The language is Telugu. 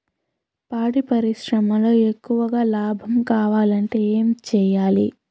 పాడి పరిశ్రమలో ఎక్కువగా లాభం కావాలంటే ఏం చేయాలి?